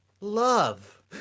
Love